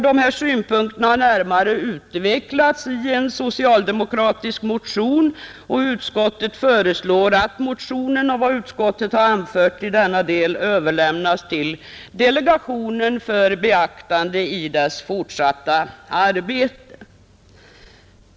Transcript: De här synpunkterna har närmare utvecklats i en socialdemokratisk motion, och utskottet föreslår att motionen och vad utskottet anfört i denna del överlämnas till delegationen för lokalisering av statlig verksamhet för beaktande i dess fortsatta arbete.